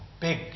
big